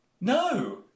no